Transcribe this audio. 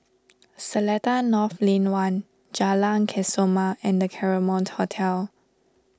Seletar North Lane one Jalan Kesoma and the Claremont Hotel